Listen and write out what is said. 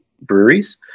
breweries